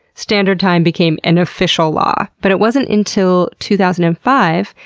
standard time became an official law. but it wasn't until two thousand and five,